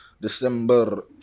December